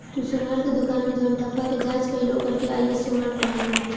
तू सोनार के दुकान मे जवन ठप्पा के जाँच कईल ओकर के आई.एस.ओ मार्क कहल जाला